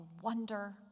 wonder